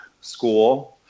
school